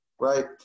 Right